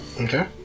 Okay